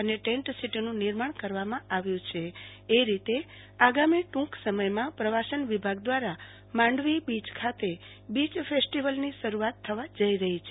અને ટેન્ટ સીટીનું નિર્માણ કરવામાં આવ્યુ છે એ રીતે આગામી ટુંક સમયમાં પ્રવાસન વિભાગ દ્રારા માંડવી બીચ ખાતે બીય ફેસ્ટીવલની શરૂઆત થવા જઈ રહી છે